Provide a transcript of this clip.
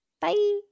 Bye